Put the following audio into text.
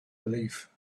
relief